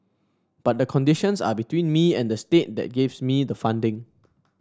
but the conditions are between me and the state that gives me the funding